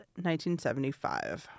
1975